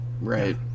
right